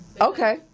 Okay